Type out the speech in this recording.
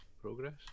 progress